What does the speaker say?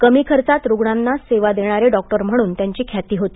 कमी खर्चात रुग्णांना सेवा देणारे डॉक्टर म्हणून त्यांची ख्याती होती